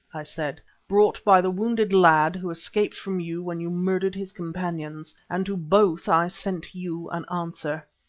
i said, brought by the wounded lad who escaped from you when you murdered his companions, and to both i sent you an answer.